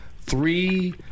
three